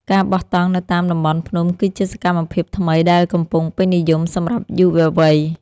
ការបោះតង់នៅតាមតំបន់ភ្នំ គឺជាសកម្មភាពថ្មីដែលកំពុងពេញនិយមសម្រាប់យុវវ័យ។